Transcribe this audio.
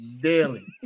daily